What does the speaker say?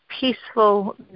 peaceful